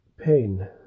pain